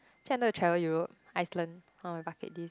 actually i want to travel Europe Iceland on my bucketlist